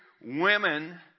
women